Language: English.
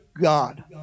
God